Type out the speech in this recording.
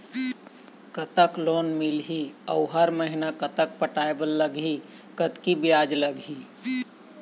कतक लोन मिलही अऊ हर महीना कतक पटाए बर लगही, कतकी ब्याज लगही?